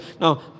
Now